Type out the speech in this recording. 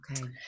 okay